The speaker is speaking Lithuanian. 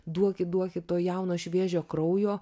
duokit duokit to jauno šviežio kraujo